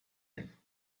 him